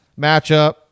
matchup